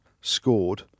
scored